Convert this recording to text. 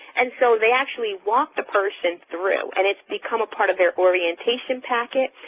and so they actually walk the person through, and it's become a part of their orientation packet.